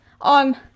on